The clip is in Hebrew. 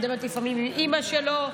אני מדברת לפעמים עם אימא שלו,